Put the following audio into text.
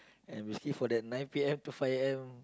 and basically for that nine P_M to five A_M